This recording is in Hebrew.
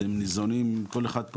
אתם ניזונים, כל אחד פה